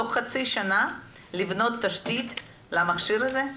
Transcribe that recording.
תוך חצי שנה לבנות תשתית למכשיר הזה?